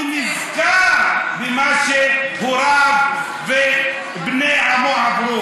כי נזכר במה שהוא ראה ובני עמו עברו.